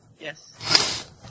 Yes